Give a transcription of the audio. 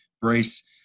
brace